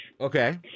Okay